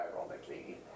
ironically